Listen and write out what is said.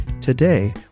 today